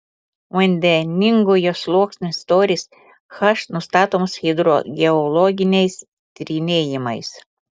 vandeningojo sluoksnio storis h nustatomas hidrogeologiniais tyrinėjimais